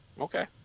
Okay